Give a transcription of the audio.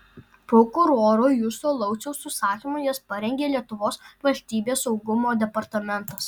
prokuroro justo lauciaus užsakymu jas parengė lietuvos valstybės saugumo departamentas